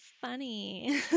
funny